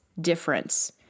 difference